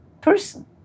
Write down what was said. person